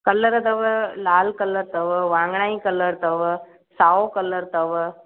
colour अथव लाल colour अथव वांङणाई कलर अथव साओ कलर अथव